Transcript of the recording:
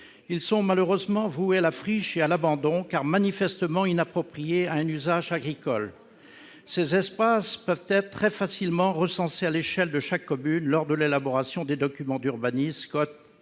Ils sont malheureusement voués à la friche et à l'abandon, car manifestement inappropriés à un usage agricole. Ces espaces peuvent être très facilement recensés à l'échelle de chaque commune lors de l'élaboration des documents d'urbanisme- schéma de cohérence